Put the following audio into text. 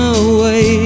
away